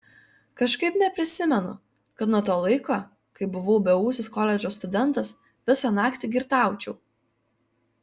kažkaip neprisimenu kad nuo to laiko kai buvau beūsis koledžo studentas visą naktį girtaučiau